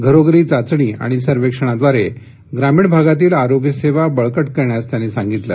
घरोघरी चाचणी आणि सर्वेक्षणाद्वारे ग्रामीण भागातील आरोग्य सेवा बळकट करण्यास त्यांनी सांगितलं